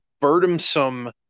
burdensome